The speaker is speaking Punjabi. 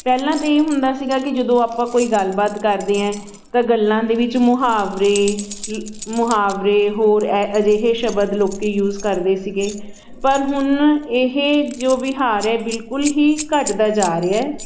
ਪਹਿਲਾਂ ਤਾਂ ਇਹ ਹੁੰਦਾ ਸੀਗਾ ਕਿ ਜਦੋਂ ਆਪਾਂ ਕੋਈ ਗੱਲਬਾਤ ਕਰਦੇ ਹਾਂ ਤਾਂ ਗੱਲਾਂ ਦੇ ਵਿੱਚ ਮੁਹਾਵਰੇ ਮੁ ਮੁਹਾਵਰੇ ਹੋਰ ਅ ਅਜਿਹੇ ਸ਼ਬਦ ਲੋਕ ਯੂਜ ਕਰਦੇ ਸੀਗੇ ਪਰ ਹੁਣ ਇਹ ਜੋ ਵਿਹਾਰ ਹੈ ਬਿਲਕੁਲ ਹੀ ਘਟਦਾ ਜਾ ਰਿਹਾ